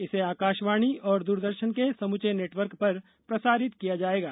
इसे आकाशवाणी और दूरदर्शन के समूचे नेटवर्क पर प्रसारित किया जाएगा